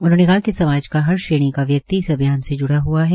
उन्होंने कहा कि समाज का हर श्रेणी का व्यक्ति इस अभियान से ज्ड़ा हुआ है